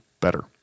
better